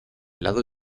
lado